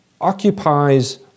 occupies